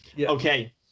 Okay